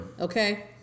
Okay